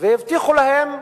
והבטיחו להם: